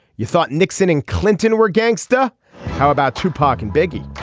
you thought nixon and clinton were gangsta how about tupac and biggie.